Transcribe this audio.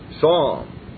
Psalm